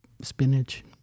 spinach